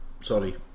sorry